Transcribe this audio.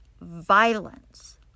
violence